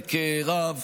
בצדק רב